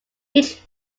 each